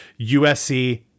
USC